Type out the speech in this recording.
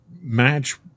match